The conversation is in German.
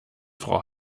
frau